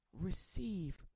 Receive